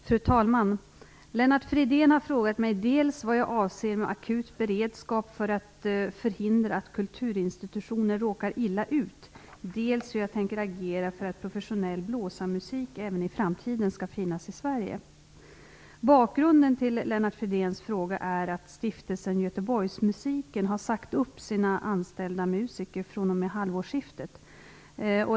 Fru talman! Lennart Fridén har frågat mig dels vad jag avser med akut beredskap för att förhindra att kulturinstitutioner råkar illa ut, dels hur jag tänker agera för att professionell blåsarmusik även i framtiden skall finnas i Sverige. Bakgrunden till Lennart Fridéns interpellation är att Stiftelsen Göteborgsmusiken har sagt upp sina anställda musiker fr.o.m. halvårsskiftet.